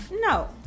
no